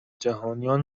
جهانیان